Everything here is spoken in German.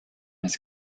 des